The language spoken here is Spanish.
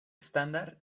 estándar